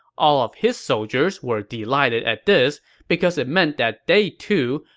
all of his soldiers were delighted at this because it meant that they, too,